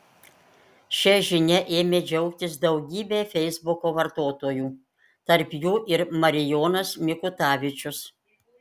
šia žinia ėmė džiaugtis daugybė feisbuko vartotojų tarp jų ir marijonas mikutavičius